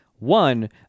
One